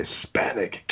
Hispanic